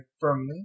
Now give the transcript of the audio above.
firmly